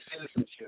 citizenship